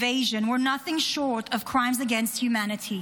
were nothing short of crimes against humanity.